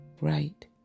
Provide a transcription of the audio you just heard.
right